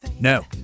No